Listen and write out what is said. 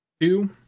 two